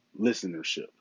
listenership